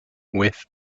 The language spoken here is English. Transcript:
with